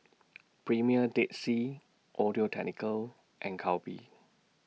Premier Dead Sea Audio Technica and Calbee